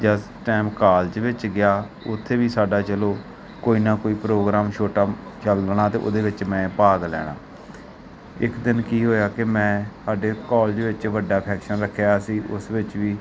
ਜਿਸ time college ਵਿੱਚ ਗਿਆ ਉੱਥੇ ਵੀ ਸਾਡਾ ਚਲੋ ਕੋਈ ਨਾ ਕੋਈ ਪ੍ਰੋਗਰਾਮ ਛੋਟਾ ਚੱਲਣਾ ਅਤੇ ਉਹਦੇ ਵਿੱਚ ਮੈਂ ਭਾਗ ਲੈਣਾ ਇੱਕ ਦਿਨ ਕੀ ਹੋਇਆ ਕਿ ਮੈਂ ਸਾਡੇ ਕੌਲਜ ਵਿੱਚ ਵੱਡਾ ਫੈਕਸ਼ਨ ਰੱਖਿਆ ਹੋਇਆ ਸੀ ਉਸ ਵਿੱਚ ਵੀ